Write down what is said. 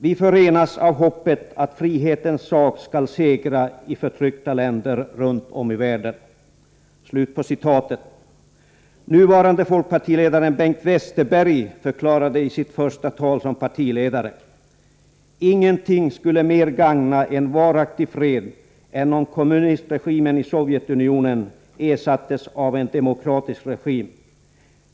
Vi förenas av hoppet att frihetens sak skall segra i förtryckta länder runt om i världen.” Nuvarande folkpartiledaren Bengt Westerberg förklarade i sitt första tal som partiledare: ”Ingenting skulle mera gagna en varaktig fred än om kommunistregimen i Sovjetunionen ersattes av en demokratisk regim.